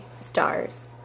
stars